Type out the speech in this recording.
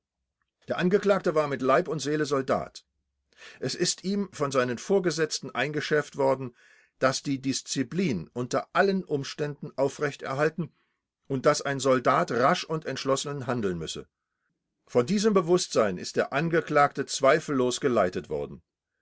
der angeklagte war mit leib und seele soldat es ist ihm von seinen vorgesetzten eingeschärft worden daß die disziplin unter allen umständen aufrecht erhalten und daß ein soldat rasch und entschlossen handeln müsse von diesem bewußtsein ist der angeklagte zweifellos geleitet worden